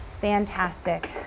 Fantastic